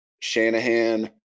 Shanahan